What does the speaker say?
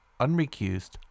unrecused